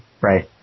right